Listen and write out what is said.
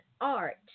art